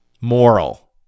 Moral